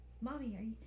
Mommy